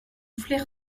flair